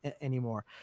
anymore